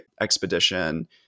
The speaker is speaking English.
expedition